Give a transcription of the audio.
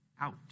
out